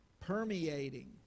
Permeating